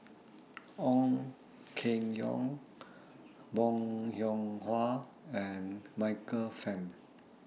Ong Keng Yong Bong Hiong Hwa and Michael Fam